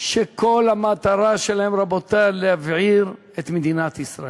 כשכל המטרה שלהם, רבותי, להבעיר את מדינת ישראל.